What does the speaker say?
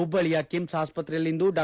ಹುಬ್ಬಳ್ಳಿಯ ಕಿಮ್ಲ್ ಆಸ್ಪತ್ರೆಯಲ್ಲಿಂದು ಡಾ